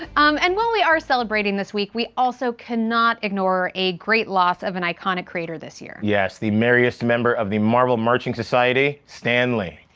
ah um and while we are celebrating this week, we also can not ignore a great loss of an iconic creator this year. yes. the merriest member of the marvel marching society, stan lee.